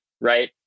right